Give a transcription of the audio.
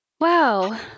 wow